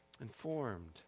Informed